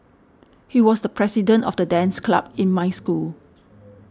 he was the president of the dance club in my school